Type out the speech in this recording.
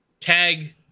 tag